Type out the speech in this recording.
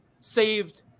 saved